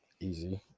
Easy